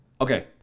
okay